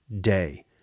day